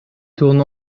tournent